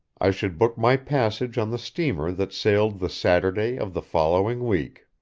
i should book my passage on the steamer that sailed the saturday of the following week.